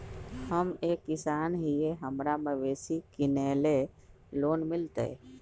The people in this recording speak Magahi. हम एक किसान हिए हमरा मवेसी किनैले लोन मिलतै?